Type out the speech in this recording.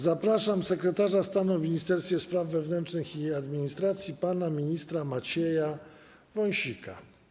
Zapraszam sekretarza stanu w Ministerstwie Spraw Wewnętrznych i Administracji pana ministra Macieja Wąsika.